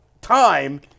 time